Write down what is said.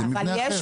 זה מבנה אחר.